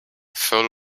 full